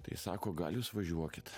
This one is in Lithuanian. tai sako gal jūs važiuokit